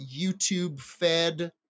YouTube-fed